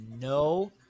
no